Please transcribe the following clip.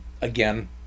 Again